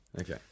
Okay